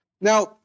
Now